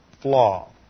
flaw